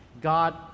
God